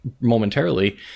momentarily